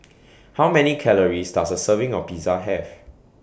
How Many Calories Does A Serving of Pizza Have